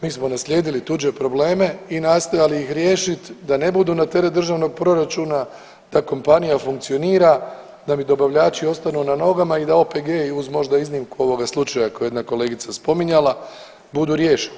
Mi smo naslijedili tuđe probleme i nastojali ih riješit da ne budu na teret državnog proračuna, da kompanija funkcionira, da mi dobavljači ostanu na nogama i da OPG-i uz možda iznimku ovog slučaja koji je jedna kolegica spominjala budu riješeni.